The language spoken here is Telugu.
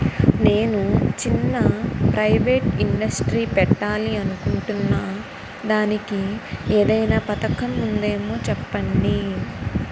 నేను చిన్న ప్రైవేట్ ఇండస్ట్రీ పెట్టాలి అనుకుంటున్నా దానికి ఏదైనా పథకం ఉందేమో చెప్పండి?